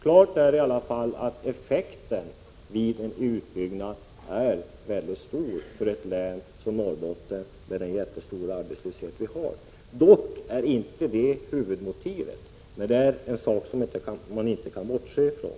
Klart är i alla fall att effekten vid en utbyggnad är väldigt stor för ett län som Norrbotten med den omfattande arbetslöshet som vi har där. Arbetstillfällena är inte huvudmotivet, men den aspekten kan man inte bortse ifrån.